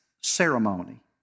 ceremony